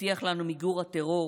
הבטיח לנו מיגור הטרור,